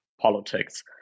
politics